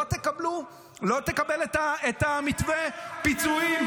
שלא יקבלו את מתווה הפיצויים.